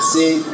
See